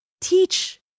teach